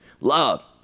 love